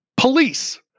Police